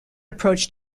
approach